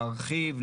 להרחיב,